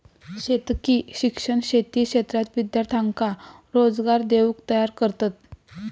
शेतकी शिक्षण शेती क्षेत्रात विद्यार्थ्यांका रोजगार देऊक तयार करतत